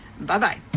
Bye-bye